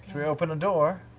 should we open a door?